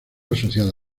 asociada